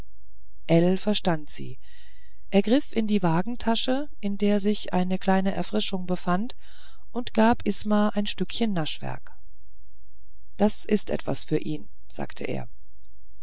verstand sie er griff in die wagentasche in der sich einige kleine erfrischungen befanden und gab isma ein stückchen naschwerk das ist etwas für ihn sagte er